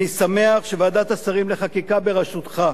אני שמח שוועדת השרים לחקיקה בראשותך,